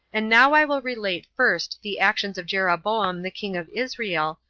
and now i will relate first the actions of jeroboam the king of israel,